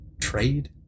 trade